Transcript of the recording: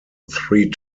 three